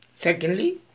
Secondly